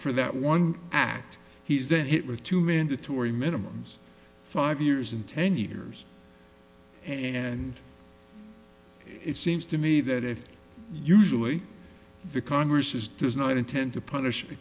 for that one act he's been hit with two mandatory minimums five years in ten years and it seems to me that if usually vick andras is does not intend to punish